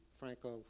Franco